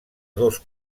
dos